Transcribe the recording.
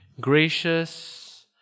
Gracious